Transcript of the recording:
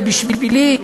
ובשבילי,